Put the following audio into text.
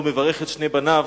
ומברך את שני בניו,